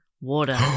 Water